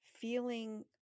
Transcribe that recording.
feeling